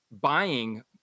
buying